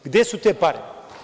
Gde su te pare?